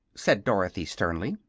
said dorothy, sternly.